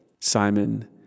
Simon